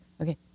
okay